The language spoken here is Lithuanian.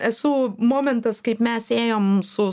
esu momentas kaip mes ėjom su